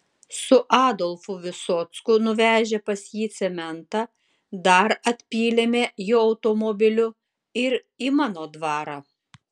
su adolfu visocku nuvežę pas jį cementą dar atpylėme jo automobiliu ir į mano dvarą